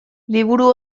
liburu